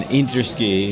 interski